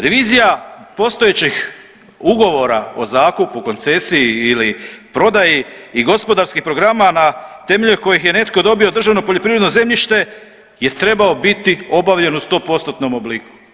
Revizija postojećih ugovora o zakupu, koncesiji ili prodaji i gospodarskih programa na temelju kojih je netko dobio državno poljoprivredno zemljište je trebao biti obavljen u 100%-tnom obliku.